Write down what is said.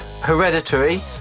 Hereditary